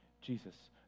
Jesus